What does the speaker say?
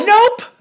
Nope